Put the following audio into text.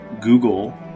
Google